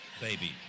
baby